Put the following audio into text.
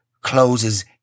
closes